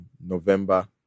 November